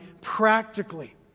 practically